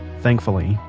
thankfully,